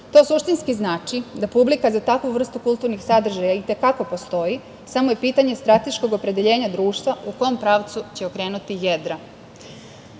To suštinski znači da publika za takvu vrstu kulturnih sadržaja itekako postoji, samo je pitanje strateškog opredeljenja društva u kom pravcu će okrenuti